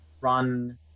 run